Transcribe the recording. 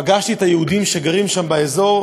פגשתי את היהודים שגרים שם באזור,